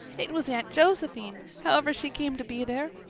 it was aunt josephine, however she came to be there.